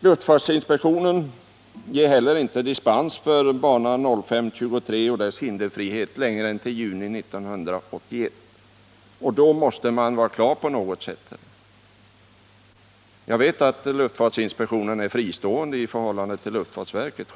Luftfartsinspektionen ger inte dispens för bana 05/23 och dess hinderfrihet längre än till juni 1981. Då måste man vara klar på något sätt. Jag vet att luftfartsinspektionen självfallet är fristående i förhållande till luftfartsverket.